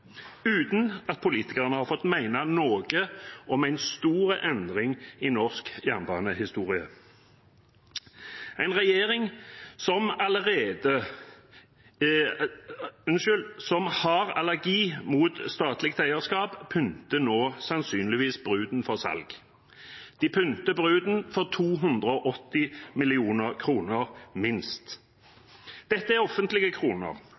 uten at politikerne har fått mene noe om en stor endring i norsk jernbanehistorie. En regjering som har allergi mot statlig eierskap, pynter nå sannsynligvis bruden for salg. De pynter bruden for 280 mill. kr, minst. Dette er offentlige kroner,